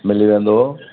मिली वेंदो